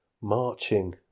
marching